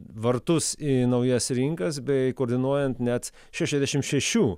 vartus į naujas rinkas bei koordinuojant net šešiasdešimt šešių